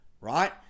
right